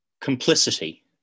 Complicity